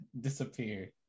Disappear